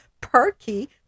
perky